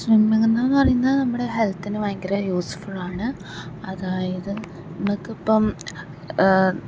swimming എന്ന് പറയുന്നത് നമ്മുടെ ഹെൽത്തിന് ഭയങ്കര യൂസ് ഫുള്ളാണ് അതായത് നമുക്കിപ്പം